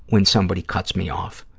when somebody cuts me off,